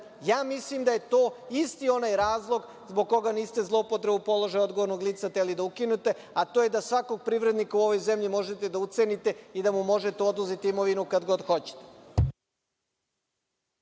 Mislim da je to isti onaj razlog zbog koga niste zloupotrebu položaja odgovornog lica hteli da ukinete, a to je da svakog privrednika u ovoj zemlji možete da ucenite i da mu možete oduzeti imovinu kad god hoćete.